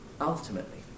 ultimately